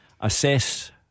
assess